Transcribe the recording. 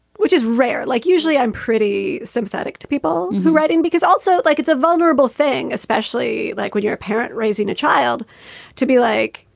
which is rare, like usually i'm pretty sympathetic to people who writing because also like it's a vulnerable thing, especially like when you're a parent raising a child to be like,